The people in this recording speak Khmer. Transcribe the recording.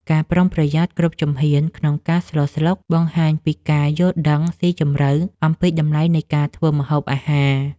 ការប្រុងប្រយ័ត្នគ្រប់ជំហានក្នុងការស្លស្លុកបង្ហាញពីការយល់ដឹងស៊ីជម្រៅអំពីតម្លៃនៃការធ្វើម្ហូបអាហារ។